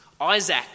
Isaac